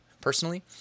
personally